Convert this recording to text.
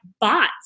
bots